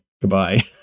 goodbye